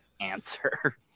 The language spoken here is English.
answer